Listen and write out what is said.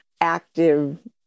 active